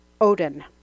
Odin